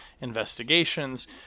investigations